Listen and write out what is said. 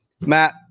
Matt